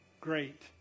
great